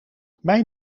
mijn